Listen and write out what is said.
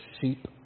sheep